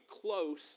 close